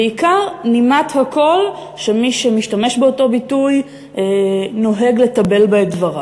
בעיקר נימת הקול שמי שמשתמש באותו ביטוי נוהג לתבל בה את דבריו.